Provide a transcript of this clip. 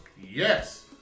yes